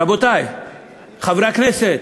רבותי חברי הכנסת,